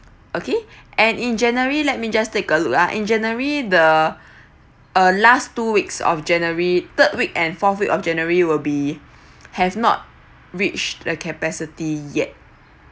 okay and in january let me just take a look uh in january the uh last two weeks of january third week and fourth week of january will be have not reached the capacity yet